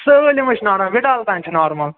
سٲلِم حظ چھُ نارمَل وِڈال تام چھُ نارمَل